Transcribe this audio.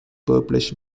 purplish